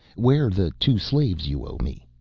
where the two slaves you owe me?